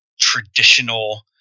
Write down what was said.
traditional